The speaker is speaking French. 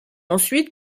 ensuite